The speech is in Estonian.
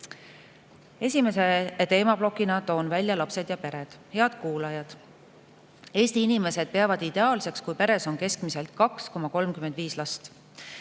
Esimese teemaplokina toon välja lapsed ja pered. Head kuulajad! Eesti inimesed peavad ideaalseks, kui peres on keskmiselt 2,35 last.